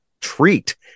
treat